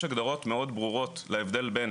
יש הגדרות מאוד ברורות להבדל בין